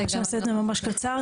ממש, נעשה את זה ממש קצר.